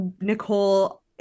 Nicole